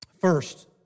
First